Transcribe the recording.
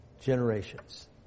generations